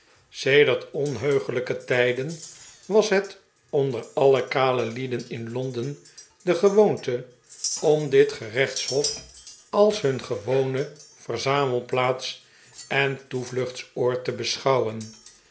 sedert onheuglijke tijden was het onder alle kale lieden in londen de gewoonte om dit gerechtshof als hun gewone verzamelplaats en toevluchtsoord te beschouwen